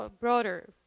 broader